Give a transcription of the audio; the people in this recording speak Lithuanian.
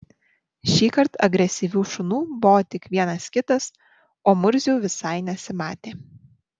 šįkart agresyvių šunų buvo tik vienas kitas o murzių visai nesimatė